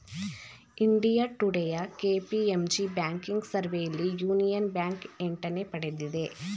India ಟುಡೇಯ KPMG banking ಸರ್ವೆಯಲ್ಲಿ Union Bank ಎಂಟನೇ ಪಡೆದಿದೆ